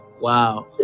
Wow